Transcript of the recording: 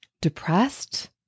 depressed